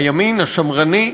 הימין השמרני בארצות-הברית,